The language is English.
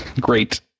Great